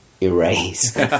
Erase